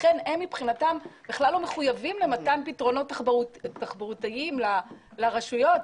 לכן מבחינתם בכלל לא מחויבים למתן פתרונות תחבורתיים לרשויות.